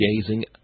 gazing